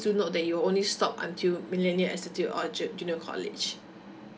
do note that you only stop until millenia institute or j~ junior college